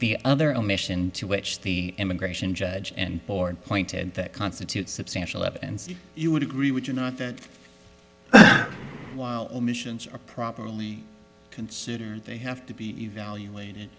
the other omission to which the immigration judge and board pointed to constitute substantial up and you would agree would you not that while emissions are properly considered they have to be evaluated